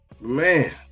Man